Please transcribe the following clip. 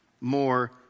more